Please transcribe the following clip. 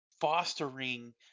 fostering